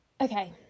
Okay